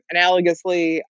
analogously